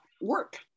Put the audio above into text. work